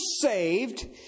saved